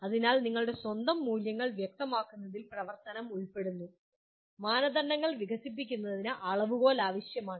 അതിനാൽ നിങ്ങളുടെ സ്വന്തം മൂല്യങ്ങൾ വ്യക്തമാക്കുന്നതിൽ പ്രവർത്തനം ഉൾപ്പെടുന്നു മാനദണ്ഡങ്ങൾ വികസിപ്പിക്കുന്നതിന് അളവുകോൽ ആവശ്യമാണ്